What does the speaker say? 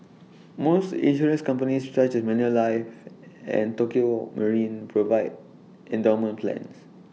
most insurance companies such as Manulife and Tokio marine provide endowment plans